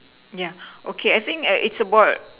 yeah okay I think err it's about